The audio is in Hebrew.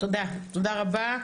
תודה רבה.